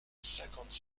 cinquante